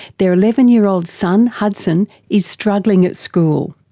their eleven year old son hudson is struggling at school,